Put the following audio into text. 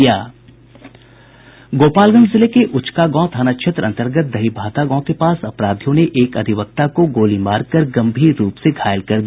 गोपालगंज जिले के उचकागांव थाना क्षेत्र अंतर्गत दहीभाता गांव के पास अपराधियों ने एक अधिवक्ता को गोली मारकर गंभीर रूप से घायल कर दिया